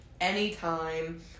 anytime